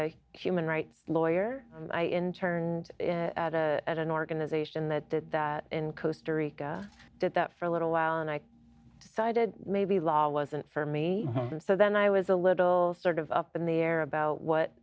a human rights lawyer and i interned at a at an organization that that that in coaster rica did that for a little while and i cited maybe law wasn't for me and so then i was a little sort of up in the air about what